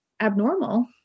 abnormal